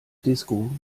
disco